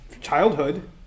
childhood